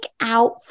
out